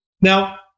Now